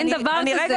אין דבר כזה.